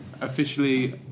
Officially